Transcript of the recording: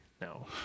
No